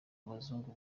abazungu